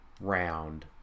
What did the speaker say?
round